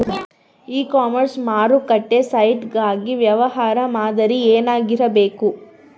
E commerce ಮಾರುಕಟ್ಟೆ site ಗಾಗಿ ವ್ಯವಹಾರ ಮಾದರಿ ಏನಾಗಿರಬೇಕು?